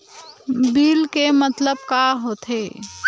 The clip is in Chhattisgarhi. बिल के मतलब का होथे?